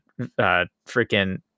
freaking